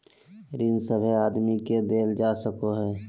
ऋण सभे आदमी के देवल जा सको हय